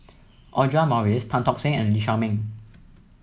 Audra Morrice Tan Tock Seng and Lee Shao Meng